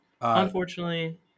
unfortunately